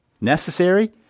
Necessary